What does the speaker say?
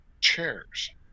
chairs